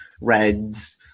Reds